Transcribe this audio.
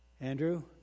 Andrew